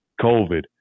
COVID